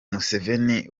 museveni